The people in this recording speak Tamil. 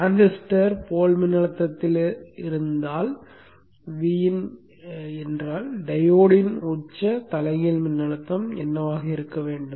டிரான்சிஸ்டர் போல் மின்னழுத்தத்தில் இருந்தால் Vin என்றால் டையோடின் உச்ச தலைகீழ் மின்னழுத்தம் என்னவாக இருக்க வேண்டும்